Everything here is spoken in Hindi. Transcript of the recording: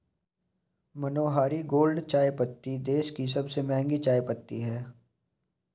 मनोहारी गोल्ड चायपत्ती देश की सबसे महंगी चायपत्ती है